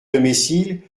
domicile